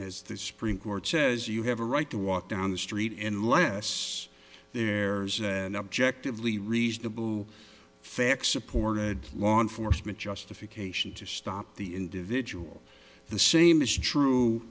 as the supreme court says you have a right to walk down the street and less there an objectively reasonable facts supported law enforcement justification to stop the individual the same is true